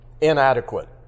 inadequate